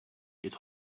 it’s